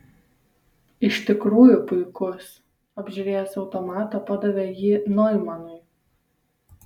iš tikrųjų puikus apžiūrėjęs automatą padavė jį noimanui